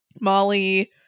Molly